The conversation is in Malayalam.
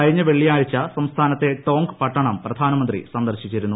കഴിഞ്ഞ വെള്ളിയാഴ്ച സംസ്ഥാനത്തെ ടോങ്ക് പട്ടണം പ്രധാനമന്ത്രി സന്ദർശിച്ചിരുന്നു